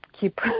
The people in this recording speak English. keep